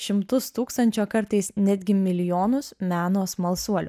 šimtus tūkstančių o kartais netgi milijonus meno smalsuolių